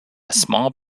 small